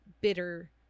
bitter